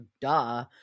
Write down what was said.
duh